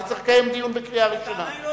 אני צריך לקיים דיון בקריאה ראשונה.